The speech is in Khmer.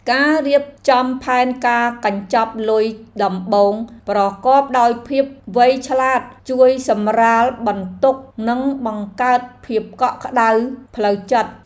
ការរៀបចំផែនការកញ្ចប់លុយដំបូងប្រកបដោយភាពវៃឆ្លាតជួយសម្រាលបន្ទុកនិងបង្កើតភាពកក់ក្ដៅផ្លូវចិត្ត។